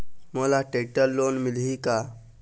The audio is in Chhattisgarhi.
मोला टेक्टर लोन मिलही का?